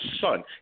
son